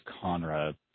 Conrad